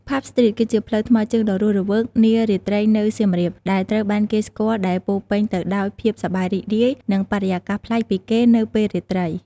ផាប់ ស្ទ្រីត គឺជាផ្លូវថ្មើរជើងដ៏រស់រវើកនារាត្រីនៅសៀមរាប ដែលត្រូវបានគេស្គាល់ដែលពោរពេញទៅដោយភាពសប្បាយរីករាយ និងបរិយាកាសប្លែកពីគេនៅពេលរាត្រី។